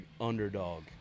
underdog